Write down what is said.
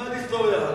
תלמד היסטוריה,